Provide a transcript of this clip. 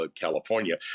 California